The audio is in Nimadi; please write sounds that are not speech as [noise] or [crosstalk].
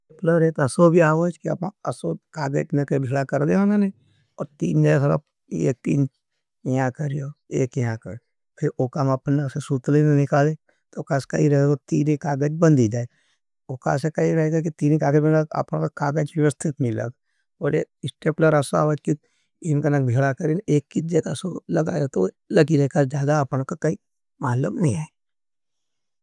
स्टेपलर है, असो भी आ वाज कि अपना [noise] असो कागय के नग भिखळा कर देवाना नहीं, और तीन जाएँ सराप, ये एक तीन यहाँ कर जाएँ, एक यहाँ कर जाएँ। फिर वो काम अपना से सूतले ने निकाले, तो कास कही रहे वो तीने कागय के बंदी जाएं। वो [hesitation] कास कही रहे कि तीने कागय के बंदी जाएं। ज्यादा अपने को मालूम नी है।